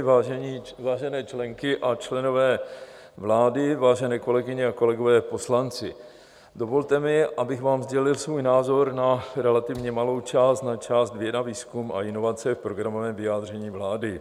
Vážené členky a členové vlády, vážené kolegyně a kolegové poslanci, dovolte mi, abych vám sdělil svůj názor na relativně malou část, na část věda, výzkum a inovace v programovém vyjádření vlády.